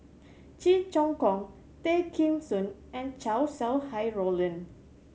Cheong Choong Kong Tay Kheng Soon and Chow Sau Hai Roland